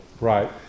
Right